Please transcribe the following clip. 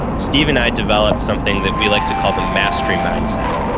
steve and i developed something that we like to call the mastery mindset.